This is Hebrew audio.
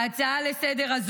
ההצעה הזאת לסדר,